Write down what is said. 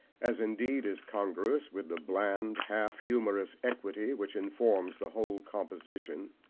as indeed is congruous with the bland, half-humorous equity which informs the whole composition,